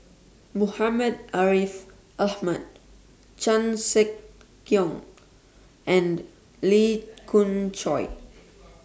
Muhammad Ariff Ahmad Chan Sek Keong and Lee Khoon Choy